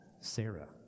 Sarah